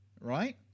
right